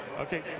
Okay